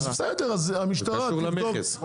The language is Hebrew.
אז בסדר, אז המשטרה תבדוק.